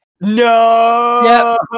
no